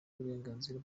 uburenganzira